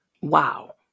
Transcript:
wow